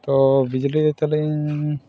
ᱛᱳ ᱵᱤᱡᱽᱞᱤ ᱫᱚ ᱛᱟᱹᱞᱤᱧ